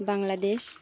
Bangladesh